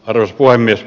arvoisa puhemies